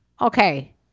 Okay